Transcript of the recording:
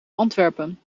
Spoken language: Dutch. antwerpen